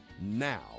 now